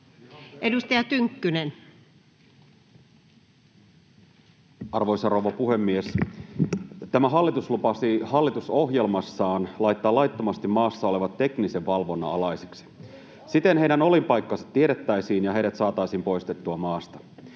Edustaja Tynkkynen, Arvoisa rouva puhemies! Tämä hallitus lupasi hallitusohjelmassaan laittaa laittomasti maassa olevat teknisen valvonnan alaisiksi. Siten heidän olinpaikkansa tiedettäisiin ja heidät saataisiin poistettua maasta.